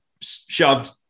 shoved